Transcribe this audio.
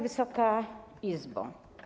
Wysoka Izbo!